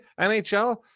NHL